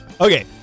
okay